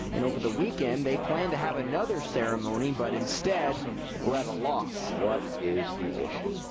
and over the weekend they plan to have another ceremony but instead were at a loss. what is the issue.